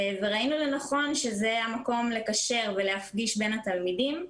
וראינו לנכון שזה המקום לקשר ולהפגיש בין התלמידים.